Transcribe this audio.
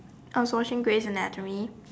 I was watching Grey's anatomy